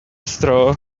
straw